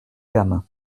gamin